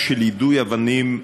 יידוי אבנים,